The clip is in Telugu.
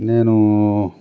నేనూ